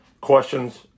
questions